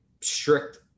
strict